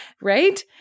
right